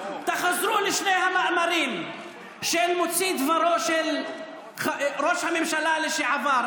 תחזרו לשני המאמרים של מוציא דברו של ראש הממשלה לשעבר.